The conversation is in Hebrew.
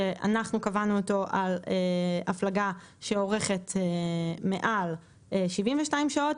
שאנחנו קבענו אותו על הפלגה שאורכת מעל 72 שעות,